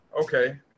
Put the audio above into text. Okay